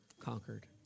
conquered